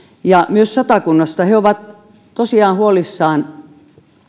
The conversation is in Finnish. ja myös satakunnasta he ovat tosiaan huolissaan